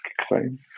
claim